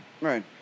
Right